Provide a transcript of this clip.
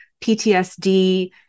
PTSD